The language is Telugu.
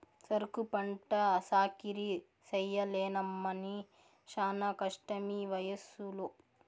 సెరుకు పంట సాకిరీ చెయ్యలేనమ్మన్నీ శానా కష్టమీవయసులో